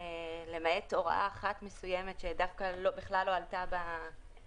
למעט הוראה אחת מסוימת שדווקא בכלל לא עלתה בפניות